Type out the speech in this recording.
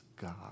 God